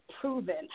proven